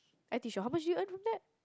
I teach you how much you earn from that